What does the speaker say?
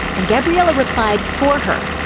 and gabriella replied for her.